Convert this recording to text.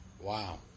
Wow